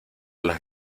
las